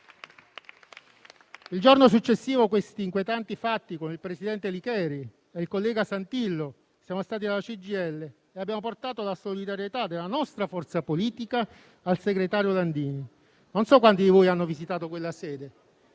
Il giorno successivo a questi inquietanti fatti, con il presidente Licheri e il collega Santillo siamo stati alla CGIL e abbiamo portato la solidarietà della nostra forza politica al segretario Landini. Non so quanti di voi hanno visitato quella sede,